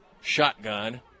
shotgun